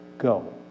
Go